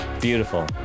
Beautiful